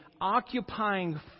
occupying